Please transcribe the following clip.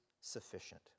sufficient